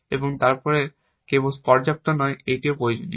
এবং তারপরে কেবল পর্যাপ্ত নয় এটিও প্রয়োজনীয়